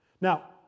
Now